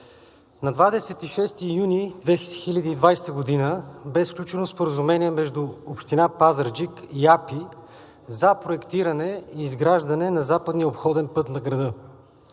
на 26 юни 2020 г. бе сключено споразумение между Община Пазарджик и АПИ за проектиране и изграждане на западния обходен път на града.